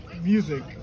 music